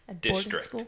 district